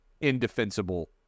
indefensible